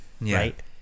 Right